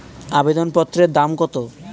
আবেদন পত্রের দাম কত?